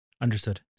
Understood